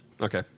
Okay